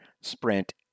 sprint